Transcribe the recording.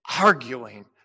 arguing